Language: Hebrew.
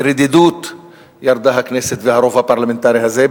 רדידות ירדה הכנסת וירד הרוב הפרלמנטרי הזה,